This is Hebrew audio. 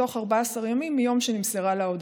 בתוך 14 ימים מיום שנמסרה לה ההודעה.